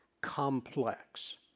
complex